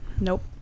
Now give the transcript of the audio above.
Nope